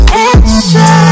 answer